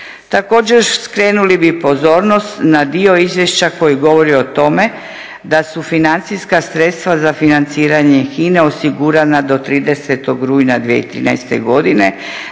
Također skrenuli bi pozornost na dio izvješća koji govori o tome da su financijska sredstva za financiranje HINA-e osigurana do 30.rujna 2013.godine